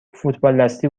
فوتبالدستی